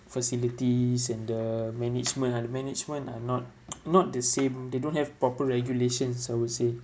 facilities and the management ah the management are not not the same they don't have proper regulations I would say